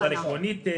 אבל עקרונית,